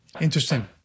Interesting